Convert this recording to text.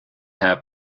herr